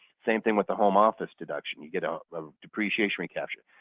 same thing with the home office deduction. you get a depreciation recapture.